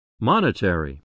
Monetary